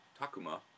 Takuma